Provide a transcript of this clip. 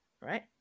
right